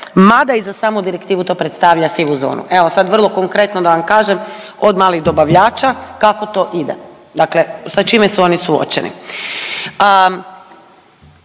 mada i za samu direktivu to predstavlja sivu zonu. Evo sad vrlo konkretno da vam kažem, od malih dobavljača kako to ide, dakle sa čime su oni suočeni.